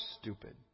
stupid